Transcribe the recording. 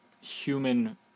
human